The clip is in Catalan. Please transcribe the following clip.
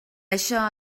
això